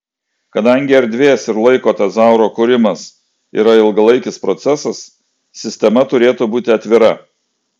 kadangi erdvės ir laiko tezauro kūrimas yra ilgalaikis procesas sistema turėtų būti atvira